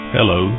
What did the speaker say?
Hello